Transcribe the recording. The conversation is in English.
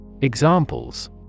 Examples